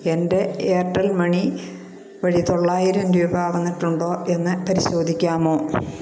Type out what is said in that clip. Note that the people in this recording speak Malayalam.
എൻ്റെ എയർടെൽ മണിവഴി തൊള്ളായിരം രൂപ വന്നിട്ടുണ്ടോ എന്ന് പരിശോധിക്കാമോ